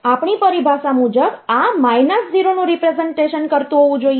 આપણી પરિભાષા મુજબ આ 0 નું રીપ્રેસનટેશન કરતુ હોવું જોઈએ